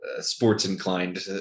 sports-inclined